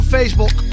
Facebook